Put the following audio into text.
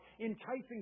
enticing